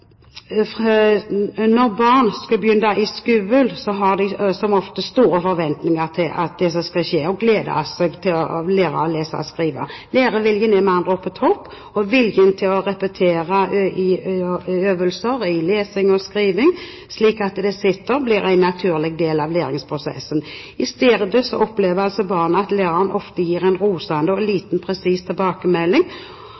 motiverende. Når barn skal begynne i skolen, har de som oftest store forventninger til det som skal skje og gleder seg til å lære å lese og skrive. Læreviljen er med andre ord på topp, og viljen til å repetere øvelser i lesing og skriving slik at det sitter, blir en naturlig del av læringsprosessen. I stedet opplever barn at læreren ofte gir en rosende og